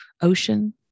ocean